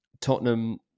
Tottenham